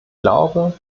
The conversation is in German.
glaube